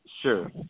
sure